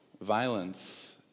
violence